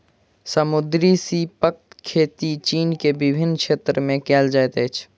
समुद्री सीपक खेती चीन के विभिन्न क्षेत्र में कयल जाइत अछि